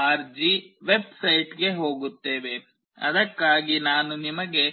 org ವೆಬ್ಸೈಟ್ಗೆ ಹೋಗುತ್ತೇವೆ ಅದಕ್ಕಾಗಿ ನಾನು ನಿಮಗೆ